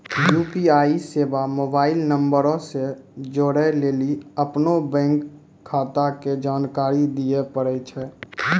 UPI सेबा mobile नंबरो से जोड़ै लेली अपनो बैंक खाता के जानकारी दिये पड़ै छै